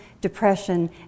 depression